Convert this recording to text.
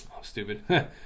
stupid